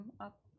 up